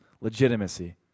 legitimacy